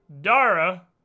Dara